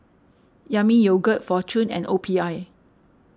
Yami Yogurt fortune and O P I